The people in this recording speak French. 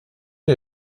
est